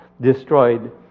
destroyed